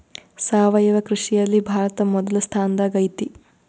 ಸಾವಯವ ಕೃಷಿಯಲ್ಲಿ ಭಾರತ ಮೊದಲ ಸ್ಥಾನದಾಗ್ ಐತಿ